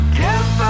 give